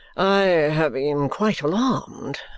i have been quite alarmed.